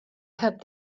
had